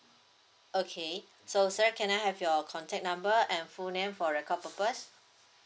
okay so sir can I have your contact number and full name for record purposes